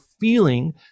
feeling